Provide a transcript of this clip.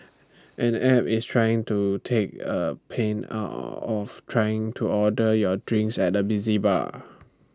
an app is trying to take A pain out of trying to order your drinks at the busy bar